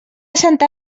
santa